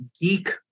geek